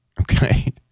okay